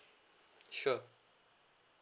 sure